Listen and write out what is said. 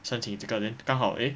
申请这个 then 刚好 eh